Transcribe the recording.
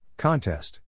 Contest